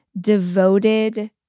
devoted